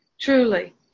truly